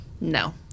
no